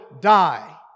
die